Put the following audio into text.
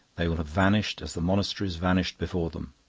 they will have vanished as the monasteries vanished before them.